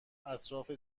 اطراف